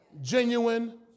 Genuine